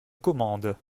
commande